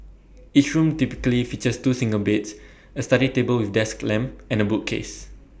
each room typically features two single beds A study table with desk lamp and A bookcase